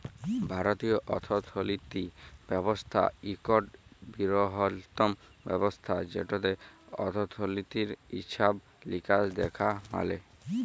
ভারতীয় অথ্থলিতি ব্যবস্থা ইকট বিরহত্তম ব্যবস্থা যেটতে অথ্থলিতির হিছাব লিকাস দ্যাখা ম্যালে